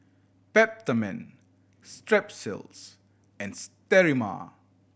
Peptamen Strepsils and Sterimar